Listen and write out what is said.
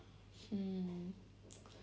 mmhmm